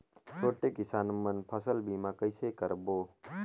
छोटे किसान मन फसल बीमा कइसे कराबो?